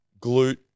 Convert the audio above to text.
glute